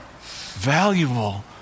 valuable